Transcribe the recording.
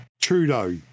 Trudeau